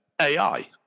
AI